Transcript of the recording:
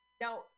now